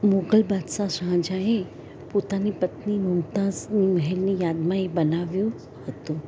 મોગલ બાદશાહ શાહજહાંએ પોતાની પત્ની મુમતાઝની મહેલની યાદમાં એ બનાવ્યું હતું